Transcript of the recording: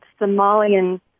Somalian